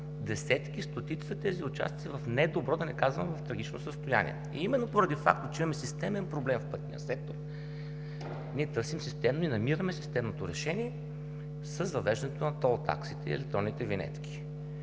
Десетки, стотици са тези участъци в недобро, да не казвам – в трагично състояние. Именно поради факта, че имаме системен проблем в пътния сектор, ние търсим и намираме системното решение с въвеждането на тол таксите и електронните винетки,